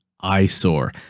eyesore